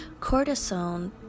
cortisone